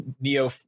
neo